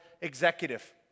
executive